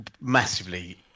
massively